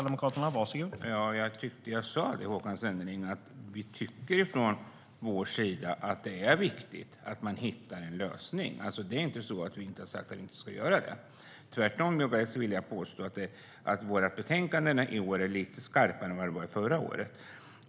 Herr talman! Jag tyckte att jag sa, Håkan Svenneling, att vi tycker att det är viktigt att man hittar en lösning. Vi har inte sagt att vi inte ska göra det. Tvärtom vill jag påstå att vårt betänkande i år är lite skarpare än förra året.